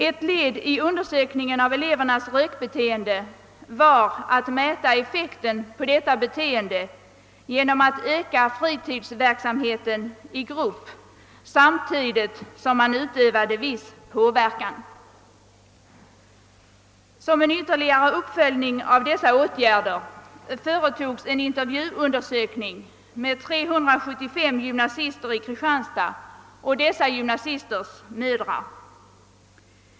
Ett led i undersökningen av elevernas rökbeteende var att mäta effekten på detta beteende genom att öka fritidsverksamheten i grupp samtidigt som man utövade en viss påverkan. Som en ytterligare uppföljning av dessa åtgärder företogs en intervjuundersökning med 375 gymnasister i Kristianstad och dessa gymnasisters mödrar.